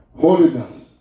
Holiness